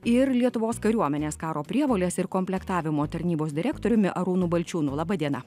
ir lietuvos kariuomenės karo prievolės ir komplektavimo tarnybos direktoriumi arūnu balčiūnu laba diena